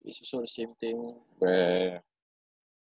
it's also the same thing where